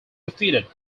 defeated